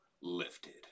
lifted